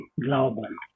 Glauben